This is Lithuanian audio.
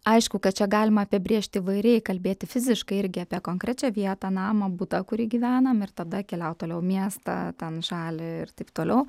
aišku kad čia galima apibrėžti įvairiai kalbėti fiziškai irgi apie konkrečią vietą namą butą kurį gyvenam ir tada keliaut toliau į miestą ten žalią ir taip toliau